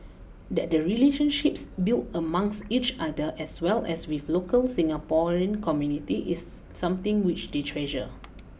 that the relationships built amongst each other as well as with local Singaporean community is something which they treasure